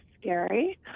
scary